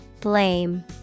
Blame